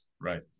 Right